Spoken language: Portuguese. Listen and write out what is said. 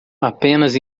apenas